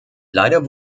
leider